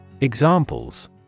Examples